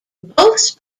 both